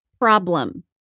problem